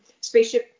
spaceship